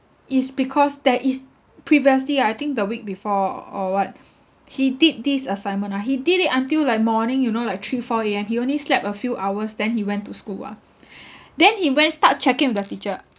is because there is previously I think the week before or what he did this assignment ah he did it until like morning you know like three four A_M he only slept a few hours then he went to school ah then he went start checking with the teacher